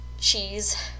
cheese